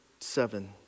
seven